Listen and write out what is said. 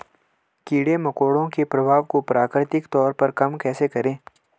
कीड़े मकोड़ों के प्रभाव को प्राकृतिक तौर पर कम कैसे करें?